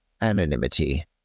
anonymity